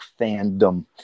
fandom